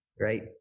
right